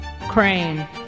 Crane